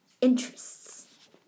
interests